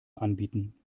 anbieten